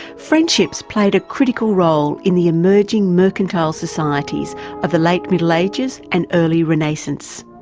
friendships played a critical role in the emerging mercantile societies of the late middle ages and early renaissance.